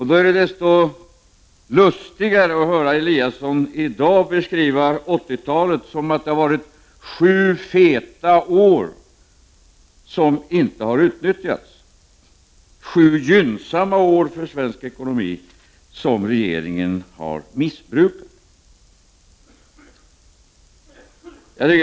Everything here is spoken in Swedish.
Därför är det så mycket lustigare att i dag höra Ingemar Eliasson beskriva 80-talet som innehållande sju feta år som inte har utnyttjats, sju för svensk ekonomi gynnsamma år som regeringen har missbrukat.